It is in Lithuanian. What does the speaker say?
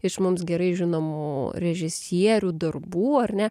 iš mums gerai žinomų režisierių darbų ar ne